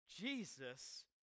Jesus